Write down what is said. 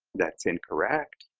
that's incorrect?